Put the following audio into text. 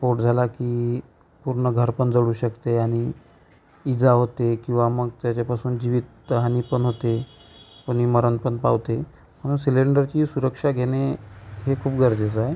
स्फोट झाला की पूर्ण घर पण जळू शकते आणि इजा होते किंवा मग त्याच्यापासून जीवितहानी पण होते कोणी मरण पण पावते म्हणून सिलेंडरची सुरक्षा घेणे हे खूप गरजेचं आहे